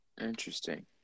Interesting